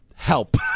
Help